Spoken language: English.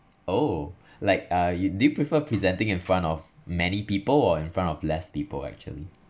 oh like uh you do you prefer presenting in front of many people or in front of less people actually